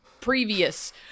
previous